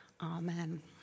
Amen